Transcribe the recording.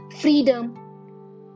freedom